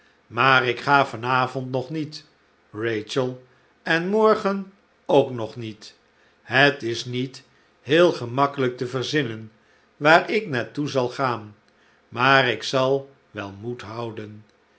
gladstrijkende maarik ga van avond nog niet rachel en morgen ook nog niet het is niet heel gemakkelijk te verzinnen waar ik naar toe zal gaan maar ik zal wel moed houden